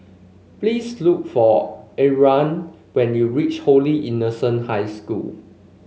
please look for Arlan when you reach Holy Innocent High School